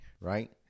right